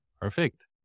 Perfect